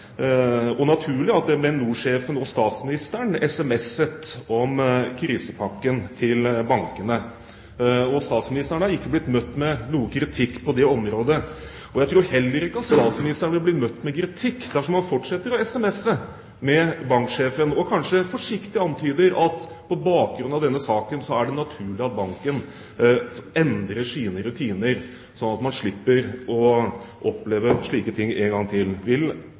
og naturlig at DnB NOR-sjefen og statsministeren sms-et om krisepakken til bankene. Statsministeren har ikke blitt møtt med noen kritikk på det området, og jeg tror heller ikke han vil bli møtt med kritikk dersom han fortsetter å sms-e med banksjefen og kanskje forsiktig antyder at på bakgrunn av denne saken er det naturlig at banken endrer sine rutiner, slik at man slipper å oppleve slike ting en gang til. Vil